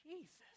Jesus